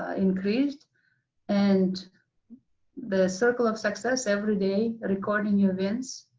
ah increased and the circle of success, everyday, recording events,